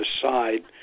aside